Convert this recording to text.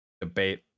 debate